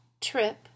trip